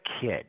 kid